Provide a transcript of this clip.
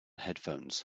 headphones